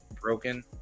broken